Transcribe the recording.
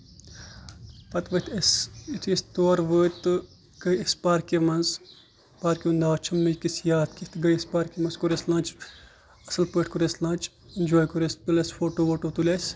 پَتہٕ ؤتھۍ أسۍ یِتُھے أسۍ طور وٲتۍ تہٕ گٔیے أسۍ پارکہِ منٛز پارکہِ ہُنٛد ناو چھُم نہٕ وٕنکین یاد کیٚنٛہہ تہٕ گٔیے أسۍ پارکہِ منٛز کوٚر اَسہِ لنٛچ اَصٕل پٲٹھۍ کوٚر اَسہِ لنٛچ اینجاے کوٚر اَسہِ تُلۍ اَسہِ فوٹو ووٹو تُلۍ اسہِ